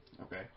Okay